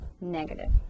negative